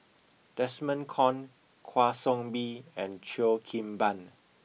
Desmond Kon Kwa Soon Bee and Cheo Kim Ban